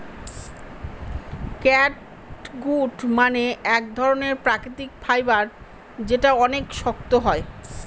catgut মানে এক ধরনের প্রাকৃতিক ফাইবার যেটা অনেক শক্ত হয়